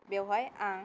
बेवहाय आं